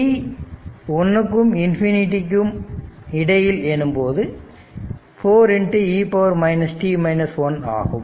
1 t ∞ எனும்போது 4 e ஆகும்